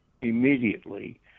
immediately